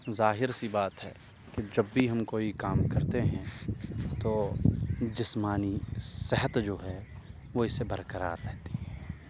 ظاہر سی بات ہے کہ جب بھی ہم کوئی کام کرتے ہیں تو جسمانی صحت جو ہے وہ اس سے برقرار رہتی ہے